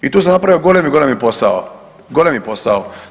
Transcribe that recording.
I tu sam napravio golemi, golemi posao, golemi posao.